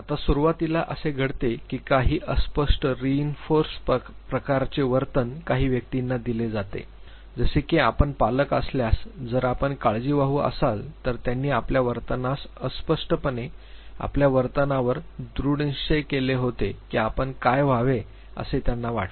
आता सुरुवातीला असे घडते की काही अस्पष्ट रीइन्फोर्स्ड प्रकाराचे वर्तन काही व्यक्तींना दिले जाते जसे की आपण पालक असल्यास जर आपण काळजीवाहू असाल तर त्यांनी आपल्या वर्तनास अस्पष्टपणे आपल्या वर्तनावर दृढनिश्चय केले होते की आपण काय व्हावे असे त्यांना वाटले